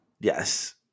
Yes